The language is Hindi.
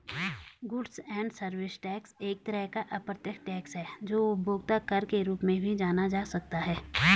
गुड्स एंड सर्विस टैक्स एक तरह का अप्रत्यक्ष टैक्स है जो उपभोक्ता कर के रूप में भी जाना जा सकता है